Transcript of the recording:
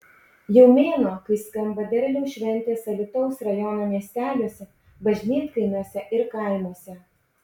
jau mėnuo kai skamba derliaus šventės alytaus rajono miesteliuose bažnytkaimiuose ir kaimuose